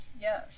yes